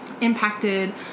impacted